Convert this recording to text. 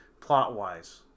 plot-wise